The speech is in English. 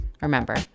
Remember